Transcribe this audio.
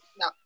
No